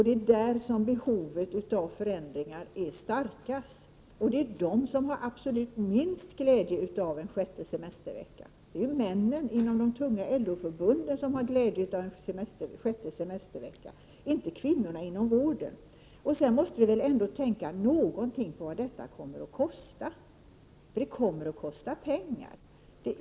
Det är där behovet av förändringar är starkast. Det är de som har absolut minst glädje av en sjätte semestervecka. Det är männen inom de tunga LO-förbunden som har glädje av en sjätte semestervecka, inte kvinnorna inom vården. Vi måste ändå tänka något på vad detta kommer att kosta. Det kommer att kosta pengar.